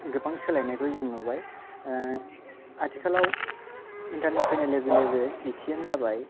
गोबां सोलायनायखौ जों नुबाय आथिखालाव इन्टारनेट फैनाय लोगो लोगो ए टि एम जाबाय